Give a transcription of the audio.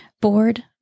Bored